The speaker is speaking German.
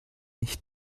nicht